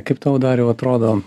kaip tau dariau atrodo